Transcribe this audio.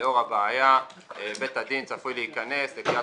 בשל הבעיה בית הדין צפוי להיכנס לקריית